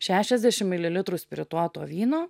šešiasdešim mililitrų spirituoto vyno